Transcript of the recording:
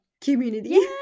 community